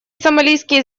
сомалийские